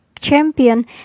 champion